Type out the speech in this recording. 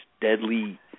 deadly